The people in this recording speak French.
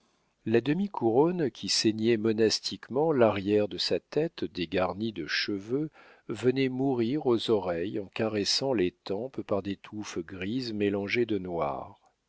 la demi-couronne qui ceignait monastiquement l'arrière de sa tête dégarnie de cheveux venait mourir aux oreilles en caressant les tempes par des touffes grises mélangées de noir